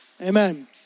Amen